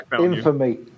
Infamy